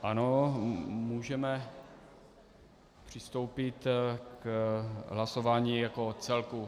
Ano, můžeme přistoupit k hlasování jako o celku.